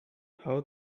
how